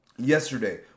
Yesterday